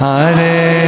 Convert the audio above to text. Hare